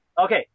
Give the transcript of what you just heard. Okay